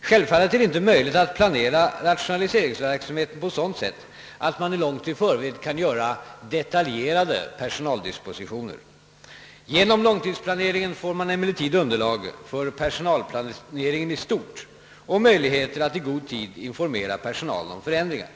Självfallet är det inte möjligt att planera rationaliseringsverksamheten på sådant sätt att man långt i förväg kan göra detaljerade personaldispositioner. Genom långtidsplaneringen får man emellertid underlag för personalplaneringen i stort och möjligheter att i god tid informera personalen om förändringar.